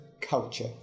culture